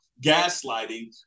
gaslighting